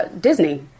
Disney